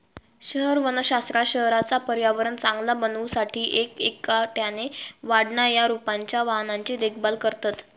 शहर वनशास्त्रात शहराचा पर्यावरण चांगला बनवू साठी एक एकट्याने वाढणा या रोपांच्या वाहनांची देखभाल करतत